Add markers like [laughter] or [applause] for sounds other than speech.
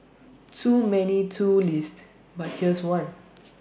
too many too list [noise] but here's one